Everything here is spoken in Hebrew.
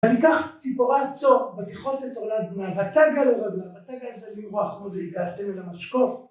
ותיקח ציפורה צור ותכרות את עורלת בנה, ותגע לרגלו, ותגע זה במרוח, כמו והגעתם אל המשקוף.